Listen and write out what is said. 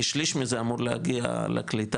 כי שליש מזה אמור להגיע לקליטה,